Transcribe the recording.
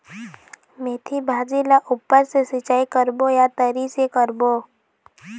मेंथी भाजी ला ऊपर से सिचाई करबो या तरी से करबो?